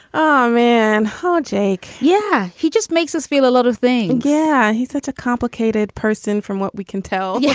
ah um and heartache. yeah. he just makes us feel a lot of thing. yeah he's such a complicated person from what we can tell yeah